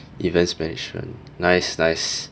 events management nice nice